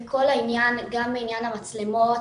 בכל העניין גם בעניין המצלמות,